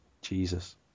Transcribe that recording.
Jesus